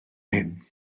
hyn